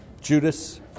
Judas